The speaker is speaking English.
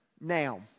Now